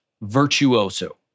virtuoso